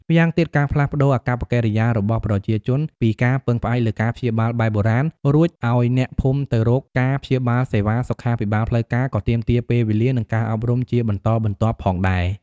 ម្យ៉ាងទៀត ការផ្លាស់ប្តូរ អាកប្បកិរិយារបស់ប្រជាជន ពីការពឹងផ្អែកលើការព្យាបាលបែបបុរាណ រួចអោយអ្នកភូមិទៅរកការព្យាបាលសេវាសុខាភិបាលផ្លូវការ ក៏ទាមទារពេលវេលា និងការអប់រំជាបន្តបន្ទាប់ផងដែរ។